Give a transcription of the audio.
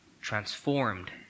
transformed